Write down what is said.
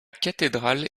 cathédrale